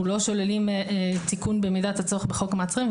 אנחנו לא שוללים תיקון במידת הצורך בחוק המעצרים,